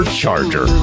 charger